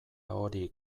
hori